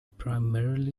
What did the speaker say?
primarily